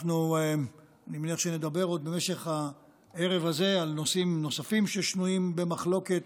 אני מניח שנדבר עוד במשך הערב הזה על נושאים נוספים ששנויים במחלוקת,